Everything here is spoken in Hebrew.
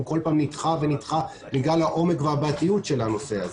הוא כל פעם נדחה ונדחה בגלל העומק והבעייתיות של הנושא הזה.